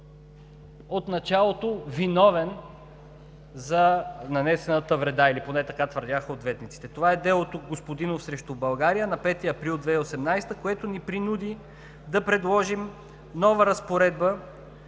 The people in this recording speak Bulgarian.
от началото виновен за нанесената вреда, или поне така твърдяха ответниците. Това е делото „Господинов срещу България“ на 5 април 2018 г., което ни принуди да предложим нова разпоредба,